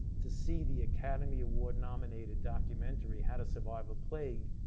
to see the academy award-nominated documentary how to survive a plague,